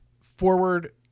forward